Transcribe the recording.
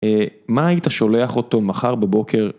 מה היית שולח אותו מחר בבוקר?